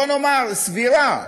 בואו נאמר, סבירה,